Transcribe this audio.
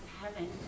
heaven